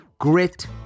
Grit